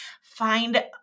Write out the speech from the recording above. find